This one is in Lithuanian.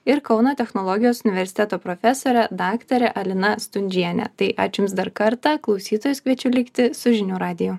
ir kauno technologijos universiteto profesore daktare alina stundžiene tai ačiū jums dar kartą klausytojus kviečiu likti su žinių radiju